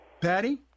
Patty